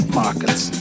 markets